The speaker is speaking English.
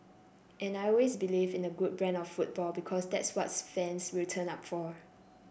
and I always believed in a good brand of football because that's what fans will turn up for